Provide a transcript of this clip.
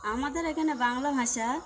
আমাদের এখানে বাংলা ভাষা